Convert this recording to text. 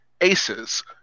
aces